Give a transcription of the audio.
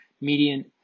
median